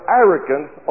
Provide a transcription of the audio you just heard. arrogance